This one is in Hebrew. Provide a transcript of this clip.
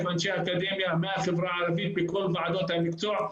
אנשי אקדמיה מהחברה הערבית בכל ועדות המקצוע,